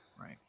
Right